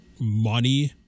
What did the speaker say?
money